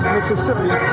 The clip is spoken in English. Mississippi